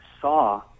saw